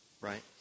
Right